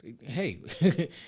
Hey